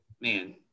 man